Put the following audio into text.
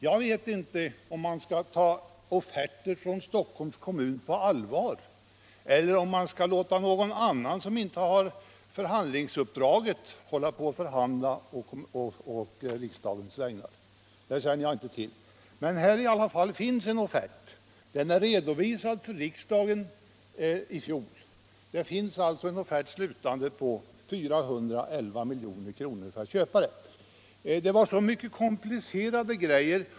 Jag vet inte om man skall ta offerter från Stockholms kommun på allvar eller om man skall låta någon som inte har förhandlingsuppdraget förhandla å riksdagens vägnar. Det känner jag inte till. Men här finns i alla fall en offert. Den redovisades för riksdagen i fjol. Offerten slutar som sagt på 411 milj.kr. för köp av fastigheten.